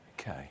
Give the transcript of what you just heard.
Okay